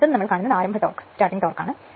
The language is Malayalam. അടുത്തത് ആരംഭ ടോർക്ക് ആണ്